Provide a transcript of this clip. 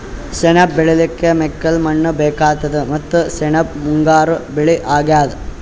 ಸೆಣಬ್ ಬೆಳಿಲಿಕ್ಕ್ ಮೆಕ್ಕಲ್ ಮಣ್ಣ್ ಬೇಕಾತದ್ ಮತ್ತ್ ಸೆಣಬ್ ಮುಂಗಾರ್ ಬೆಳಿ ಅಗ್ಯಾದ್